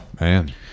Man